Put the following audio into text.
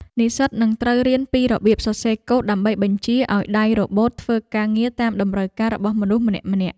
និស្សិតនឹងត្រូវរៀនពីរបៀបសរសេរកូដដើម្បីបញ្ជាឱ្យដៃរ៉ូបូតធ្វើការងារតាមតម្រូវការរបស់មនុស្សម្នាក់ៗ។